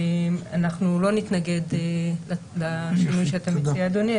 אנחנו לא נתנגד לשינוי שאתה מציע, אדוני.